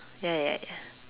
ya ya ya